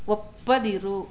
ಒಪ್ಪದಿರು